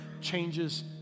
changes